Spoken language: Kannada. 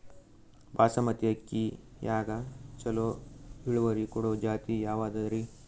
ಬಾಸಮತಿ ಅಕ್ಕಿಯಾಗ ಚಲೋ ಇಳುವರಿ ಕೊಡೊ ಜಾತಿ ಯಾವಾದ್ರಿ?